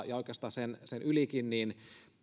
ja oikeastaan sen ylikin niin